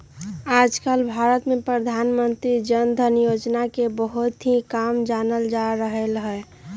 आजकल भारत में प्रधानमंत्री जन धन योजना के बहुत ही कम जानल जा रहले है